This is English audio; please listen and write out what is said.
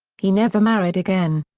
he never married again.